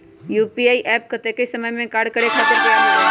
UPI app कतेइक समय मे कार्य करे खातीर तैयार हो जाई?